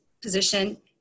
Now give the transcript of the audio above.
position